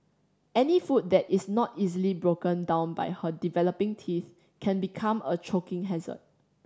any food that is not easily broken down by her developing teeth can become a choking hazard